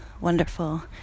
wonderful